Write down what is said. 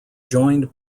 joined